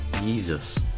Jesus